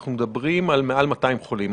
אנחנו מדברים על מעל 200 חולים.